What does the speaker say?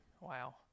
wow